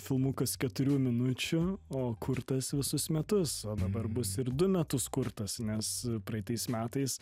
filmukas keturių minučių o kurtas visus metus o dabar bus ir du metus kurtas nes praeitais metais